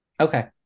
Okay